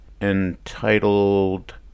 entitled